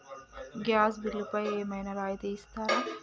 Gas బిల్లుపై ఏమైనా రాయితీ ఇస్తారా?